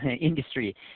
industry